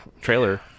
trailer